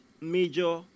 major